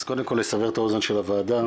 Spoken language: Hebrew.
אז קודם כל לסבר את האוזן של הוועדה,